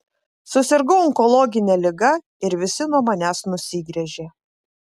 susirgau onkologine liga ir visi nuo manęs nusigręžė